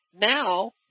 now